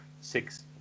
six